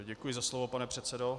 Děkuji za slovo, pane předsedo.